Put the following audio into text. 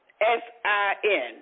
S-I-N